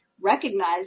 recognize